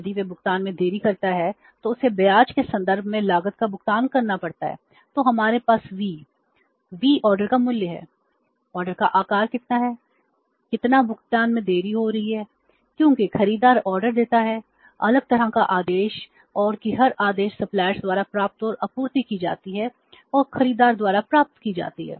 यदि वह भुगतान में देरी करता है तो उसे ब्याज के संदर्भ में लागत का भुगतान करना पड़ता है तो हमारे पास V V ऑर्डर का मूल्य है ऑर्डर का आकार कितना है कितना भुगतान में देरी हो रही है क्योंकि खरीदार ऑर्डर देता है अलग तरह का आदेश और कि हर आदेश सप्लायर्स द्वारा प्राप्त और आपूर्ति की जाती है और खरीदार द्वारा प्राप्त की जाती है